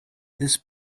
this